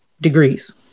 degrees